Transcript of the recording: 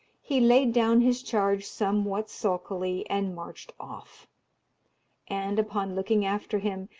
he laid down his charge somewhat sulkily, and marched off and, upon looking after him,